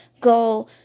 go